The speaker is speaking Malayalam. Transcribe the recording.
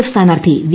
എഫ് സ്ഥാനാർത്ഥി വി